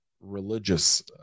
religious